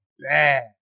bad